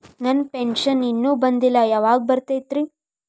ನನ್ನ ಪೆನ್ಶನ್ ಇನ್ನೂ ಬಂದಿಲ್ಲ ಯಾವಾಗ ಬರ್ತದ್ರಿ?